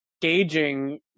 gauging